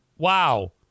wow